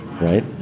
right